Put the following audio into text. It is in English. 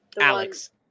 Alex